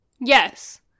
Yes